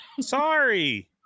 Sorry